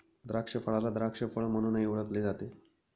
द्राक्षफळाला द्राक्ष फळ म्हणूनही ओळखले जाते